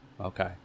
okay